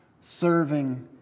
serving